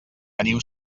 teniu